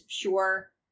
pure